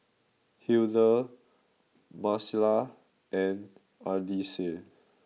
Hildur Marcela and Ardyce